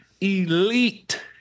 elite